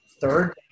third